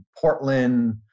Portland